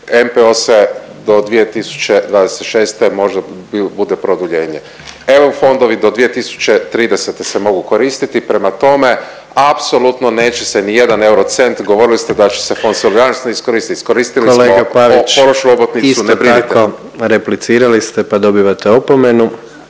NPO se do 2026. možda bude produljenje, EU fondovi do 2030. se mogu koristiti. Prema tome, apsolutno neće se ni jedan euro cent govorili ste da će Fond solidarnosti ne iskoristit, iskoristili smo …/Govornici govore istovremeno ne razumije se./…